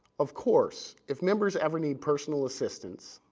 of course, if members ever need personal assistance,